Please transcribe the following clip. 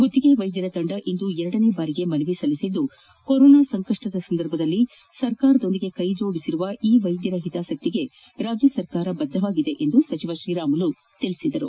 ಗುತ್ತಿಗೆ ವೈದ್ಯರ ತಂಡ ಇಂದು ಎರಡನೇ ಬಾರಿಗೆ ಮನವಿ ಸಲ್ಲಿಸಿದು ಕೋರೋನಾ ಸಂಕಷ್ಟದಲ್ಲಿ ಸರ್ಕಾರದೊಂದಿಗೆ ಕೈಜೋಡಿಸಿರುವ ವೈದ್ಯರ ಹಿತಾಸಕ್ತಿಗೆ ರಾಜ್ಯ ಸರ್ಕಾರ ಬದ್ದವಾಗಿದೆ ಎಂದು ಸಚಿವ ಶ್ರೀರಾಮುಲು ತಿಳಿಸಿದರು